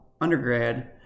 undergrad